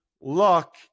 luck